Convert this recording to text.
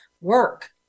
work